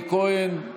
אלי כהן,